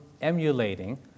emulating